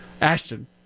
Ashton